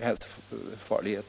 hälsofarlighet.